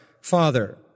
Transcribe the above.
father